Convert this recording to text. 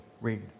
read